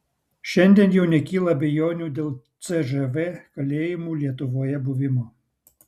šiandien jau nekyla abejonių dėl cžv kalėjimų lietuvoje buvimo